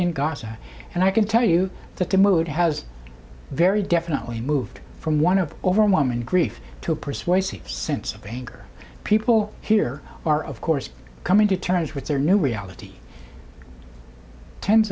gaza and i can tell you that the mood has very definitely moved from one of overwhelming grief to a persuasive sense of anger people here are of course coming to terms with their new reality tens